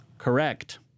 Correct